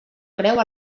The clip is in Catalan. creu